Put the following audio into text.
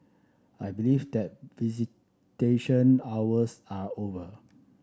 I believe that visitation hours are over